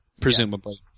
presumably